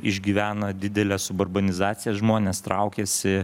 išgyvena didelę suburbanizaciją žmonės traukiasi